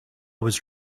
was